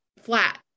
flat